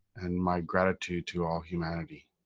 and my gratitude to all humanity.